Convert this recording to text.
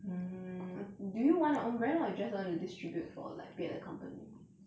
mm do you want your own brand or just now you distribute for like 别的 company